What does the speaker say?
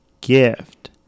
gift